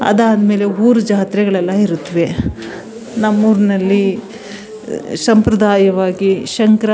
ಅದಾದ್ಮೇಲೆ ಊರು ಜಾತ್ರೆಗಳೆಲ್ಲ ಇರುತ್ತವೆ ನಮ್ಮೂರಿನಲ್ಲಿ ಸಂಪ್ರದಾಯವಾಗಿ ಸಂಕ್ರಾಂತಿ ಇಂದಲೂ